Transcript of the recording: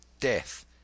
death